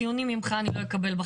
ציונים ממך אני לא אקבל בחיים.